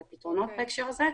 על הפתרונות בהקשר הזה.